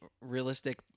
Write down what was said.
realistic